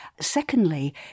Secondly